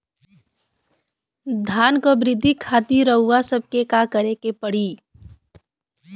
धान क वृद्धि खातिर रउआ सबके का करे के पड़ी?